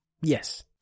Yes